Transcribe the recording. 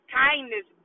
kindness